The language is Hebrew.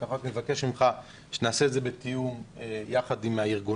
אני רק מבקש ממך שנעשה את זה בתיאום ביחד עם הארגונים.